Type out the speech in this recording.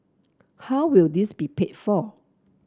how will this be paid for